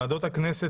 1. ועדות הכנסת,